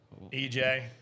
EJ